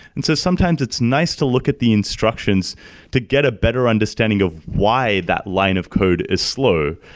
and so sometimes it's nice to look at the instructions to get a better understanding of why that line of code is slow.